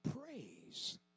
praise